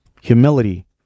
humility